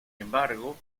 embargo